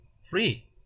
free